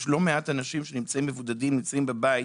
יש לא מעט אנשים שנמצאים מבודדים בבית,